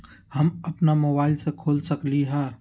हम अपना मोबाइल से खोल सकली ह?